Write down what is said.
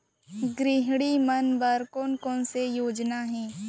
गृहिणी मन बर कोन कोन से योजना हे?